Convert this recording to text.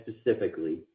specifically